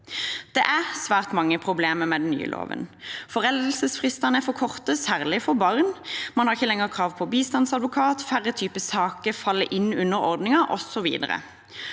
Det er svært mange problemer med den nye loven. Foreldelsesfristene er for korte, særlig for barn, man har ikke lenger krav på bistandsadvokat, færre typer saker faller innenfor ordningen, osv.